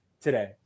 today